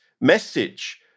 message